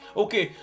Okay